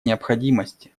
необходимости